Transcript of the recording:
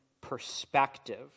perspective